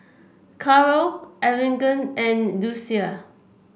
Carrol Arlington and Lucia